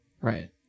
right